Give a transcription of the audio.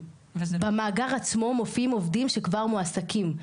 במאגר עצמו מופיעים עובדים שכבר מועסקים,